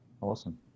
Awesome